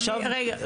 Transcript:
עכשיו --- רגע,